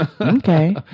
Okay